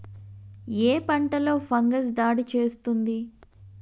ఏ పంటలో ఫంగస్ దాడి చేస్తుంది?